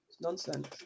Nonsense